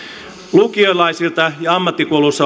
lukiolaisilta ja ammattikouluissa